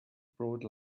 broad